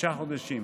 שישה חודשים.